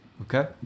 Okay